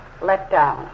letdown